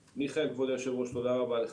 מיכאל, כבוד יושב הראש, תודה רבה לך.